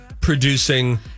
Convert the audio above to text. producing